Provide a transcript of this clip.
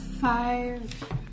five